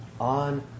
on